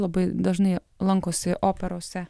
labai dažnai lankosi operose